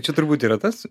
čia turbūt yra tas